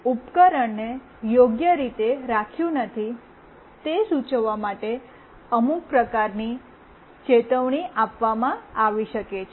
ઉપકરણને યોગ્ય રીતે રાખ્યું નથી તે સૂચવવા માટે અમુક પ્રકારની ચેતવણી આપવામાં આવી શકે છે